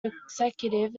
executive